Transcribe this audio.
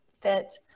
fit